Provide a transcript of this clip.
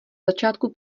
začátku